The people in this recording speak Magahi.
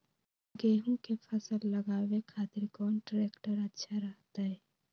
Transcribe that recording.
गेहूं के फसल लगावे खातिर कौन ट्रेक्टर अच्छा रहतय?